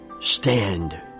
stand